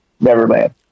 Neverland